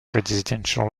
residential